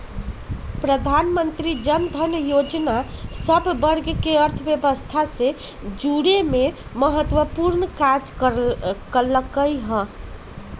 प्रधानमंत्री जनधन जोजना सभ वर्गके अर्थव्यवस्था से जुरेमें महत्वपूर्ण काज कल्कइ ह